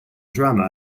drama